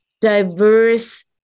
diverse